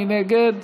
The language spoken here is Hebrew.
מי נגד?